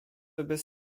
obraz